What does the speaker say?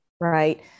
Right